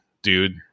Dude